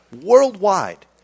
worldwide